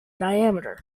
diameter